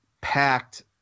packed